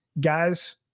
Guys